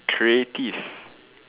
creative